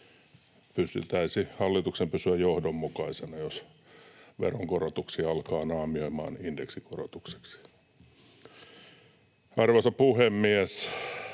Pitäisi hallituksen pysyä johdonmukaisena, jos veronkorotuksia alkaa naamioimaan indeksikorotuksiksi. Arvoisa puhemies!